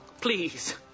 Please